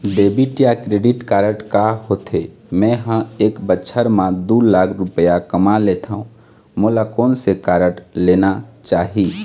Debit या credit card का होथे, मे ह एक बछर म दो लाख रुपया कमा लेथव मोला कोन से कारड लेना चाही?